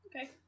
Okay